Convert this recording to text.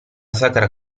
sacra